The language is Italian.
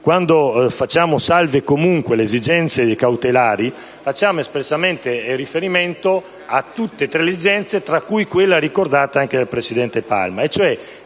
quando facciamo salve le esigenze cautelari, facciamo espressamente riferimento a tutte e tre le esigenze, tra cui quella ricordata dal presidente Palma